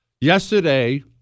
yesterday